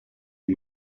des